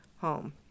home